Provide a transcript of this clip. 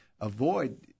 avoid